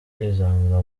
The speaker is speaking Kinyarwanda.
kwizamura